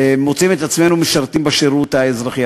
משרתים בשירות האזרחי.